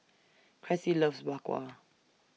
Cressie loves Bak Kwa